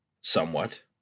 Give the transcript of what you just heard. somewhat